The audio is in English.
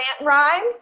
rhyme